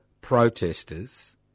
protesters